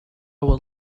would